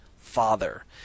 father